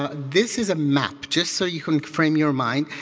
ah this is a map, just so you can frame your mind.